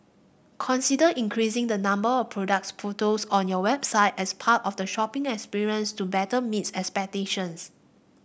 consider increasing the number of product photos on your website as part of the shopping experience to better meet expectations